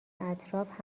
اطراف